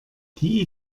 die